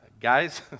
Guys